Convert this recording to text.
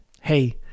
Hey